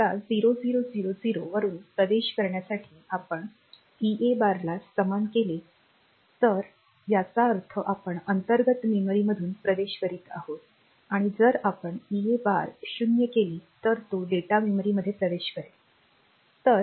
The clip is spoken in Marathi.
आता 0000 वरून प्रवेश करण्यासाठी आपण EA बारला समान केले तर याचा अर्थ आपण अंतर्गत मेमरीमधून प्रवेश करीत आहोत आणि जर आपण EA बार 0 केले तर तो डेटा मेमरीमध्ये प्रवेश करेल